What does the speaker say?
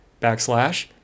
backslash